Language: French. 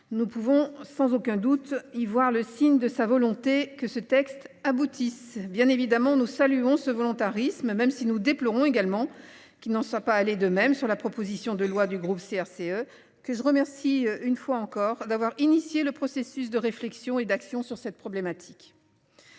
Nous pouvons sans aucun doute y voir le signe de sa volonté que ce texte aboutisse, bien évidemment, nous saluons ce volontarisme, même si nous déplorons également qui ne soit pas allé de même sur la proposition de loi du groupe CRCE que je remercie une fois encore d'avoir initié le processus de réflexion et d'action sur cette problématique.